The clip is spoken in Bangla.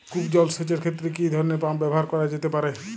কূপ জলসেচ এর ক্ষেত্রে কি ধরনের পাম্প ব্যবহার করা যেতে পারে?